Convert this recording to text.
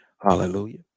hallelujah